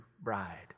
bride